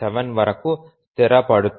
7 వరకు స్థిరపడుతుంది